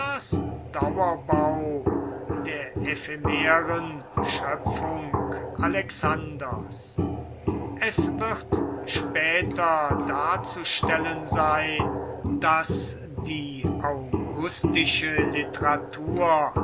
dauerbau der ephemeren schöpfung alexanders es wird später darzustellen sein daß die augustische literatur